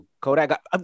Kodak